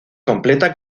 completa